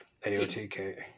AOTK